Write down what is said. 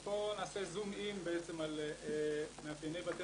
פה נעשה זום-אין בעצם על מאפייני בתי